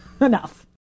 enough